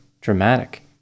dramatic